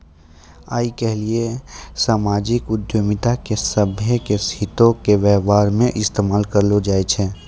आइ काल्हि समाजिक उद्यमिता के सभ्भे के हितो के व्यवस्था मे इस्तेमाल करलो जाय छै